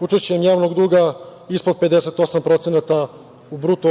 učešćem javnog duga ispod 58% u BDP